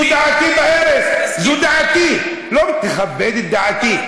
זו דעתי, תכבד את דעתי.